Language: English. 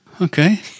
Okay